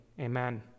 amen